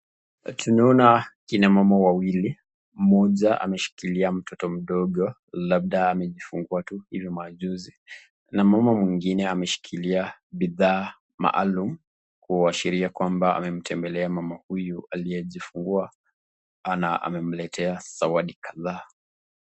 Tunaona kina mama wawili, moja ameshikilia mtoto mdogo, labda amejifungua tu hivi maajuzi na mama mwengine ameshikilia bidhaa maalum kuashiria kwamba amemetembelea mama huyu aliyejifungua na amemeletea zawadi kadhaa.